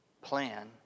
plan